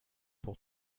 pour